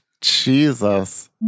Jesus